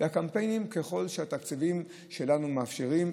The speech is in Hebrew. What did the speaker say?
ככל שהתקציבים שלנו מאפשרים.